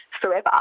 forever